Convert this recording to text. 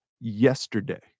Yesterday